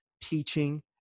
teaching